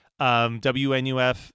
WNUF